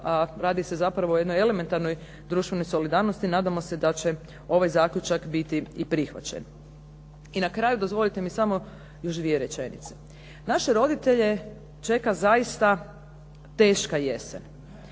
a radi se zapravo o jednoj elementarnoj društvenoj solidarnosti, nadamo se da će ovaj zaključak biti i prihvaćen. I na kraju dozvolite mi samo još dvije rečenice. Naše roditelje čeka zaista teška jesen.